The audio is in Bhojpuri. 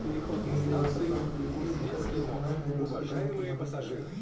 यूनिवर्सल बैंक वित्तीय दिक्कत के समय में दोसर बैंक के मदद करेला